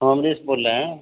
अमरीश बोल रहे हें